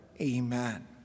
Amen